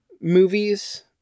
movies